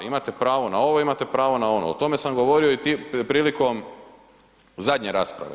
Imate pravo na ovo, imate pravo na ono, o tome sam govorio i prilikom zadnje rasprave.